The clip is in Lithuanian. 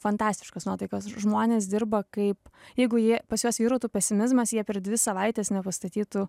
fantastiškos nuotaikos žmonės dirba kaip jeigu jie pas juos vyrautų pesimizmas jie per dvi savaites nepastatytų